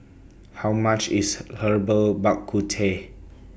How much IS Herbal Bak Ku Teh